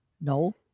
No